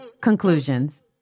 Conclusions